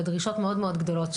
ודרישות מאוד-מאוד גדולות.